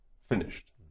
finished